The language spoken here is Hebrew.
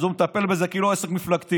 אז הוא מטפל בזה כאילו זה עסק מפלגתי.